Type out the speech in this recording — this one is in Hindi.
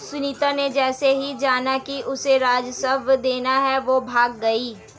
सुनीता ने जैसे ही जाना कि उसे राजस्व देना है वो भाग गई